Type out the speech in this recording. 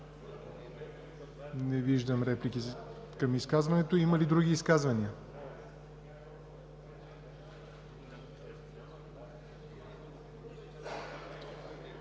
Не виждам реплики към изказването. Има ли други изказвания?